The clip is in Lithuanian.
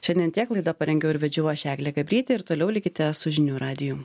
šiandien tiek laidą parengiau ir vedžiau aš eglė gabrytė ir toliau likite su žinių radiju